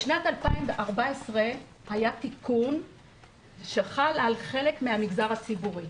בשנת 2014 היה תיקון שחל על חלק מהמגזר הציבורי,